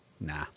nah